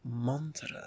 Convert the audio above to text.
mantra